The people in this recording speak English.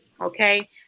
okay